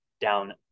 down